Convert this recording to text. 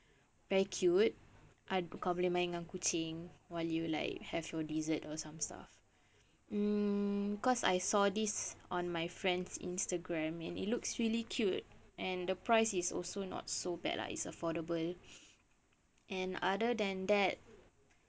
very cute kau boleh main dengan kucing while you like have your dessert or some stuff mm cause I saw this on my friend's instagram and it looks really cute and the price is also not so bad lah it's affordable and other than that